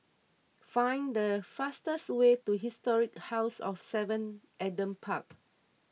find the fastest way to Historic House of Seven Adam Park